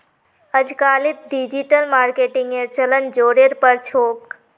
अजकालित डिजिटल मार्केटिंगेर चलन ज़ोरेर पर छोक